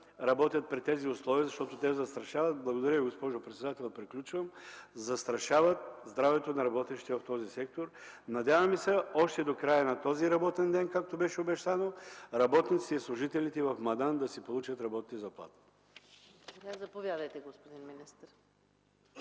работят, защото те застрашават здравето на работещите в този сектор. Надяваме се още до края на този работен ден, както беше обещано, работниците и служителите в Мадан да си получат работните заплати.